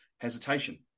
hesitation